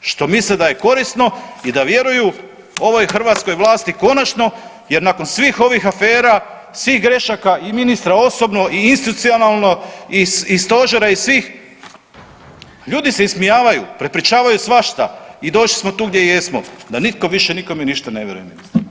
što misle da korisno i da vjeruju ovoj hrvatskoj vlasti konačno jer nakon svih ovih afera, svih grešaka i ministra osobno i institucionalno i stožera i svih, ljudi se ismijavaju, prepričavaju svašta i došli smo tu gdje jesmo da nitko više nikome ništa ne vjeruje ministra.